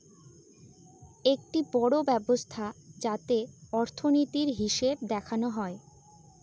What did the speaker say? একটি বড়ো ব্যবস্থা যাতে অর্থনীতির, হিসেব দেখা হয়